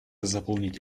заполнить